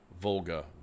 Volga